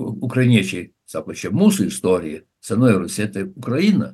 ukrainiečiai sako čia mūsų istorija senoji rusia tai ukraina